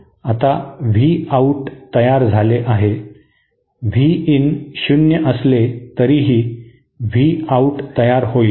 आता V out तयार झाले आहे व्ही इन शून्य असले तरीही व्ही आउट तयार होईल